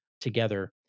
together